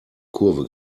kurve